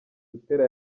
butera